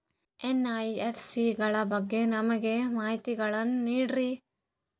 NBFC ಗಳ ಬಗ್ಗೆ ನಮಗೆ ಮಾಹಿತಿಗಳನ್ನ ನೀಡ್ರಿ?